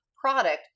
product